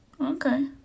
Okay